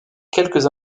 quelques